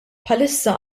bħalissa